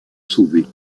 sauver